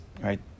right